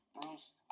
Bruce